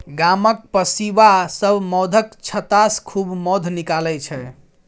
गामक पसीबा सब मौधक छत्तासँ खूब मौध निकालै छै